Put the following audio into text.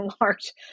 large